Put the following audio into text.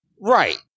Right